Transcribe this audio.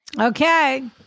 Okay